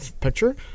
picture